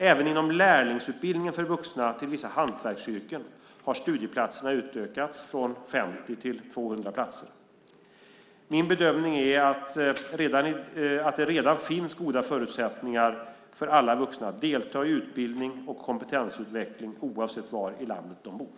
Även inom lärlingsutbildningen för vuxna till vissa hantverksyrken har studieplatserna utökats, från 50 till 200 platser. Min bedömning är att det redan finns goda förutsättningar för alla vuxna att delta i utbildning och kompetensutveckling oavsett var i landet de bor.